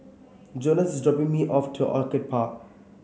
Jonas is dropping me off to Orchid Park